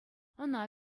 ӑна